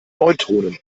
neutronen